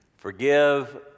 Forgive